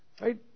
Right